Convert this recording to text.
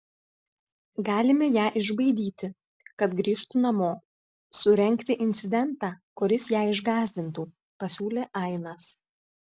galime ją išbaidyti kad grįžtų namo surengti incidentą kuris ją išgąsdintų pasiūlė ainas